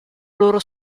loro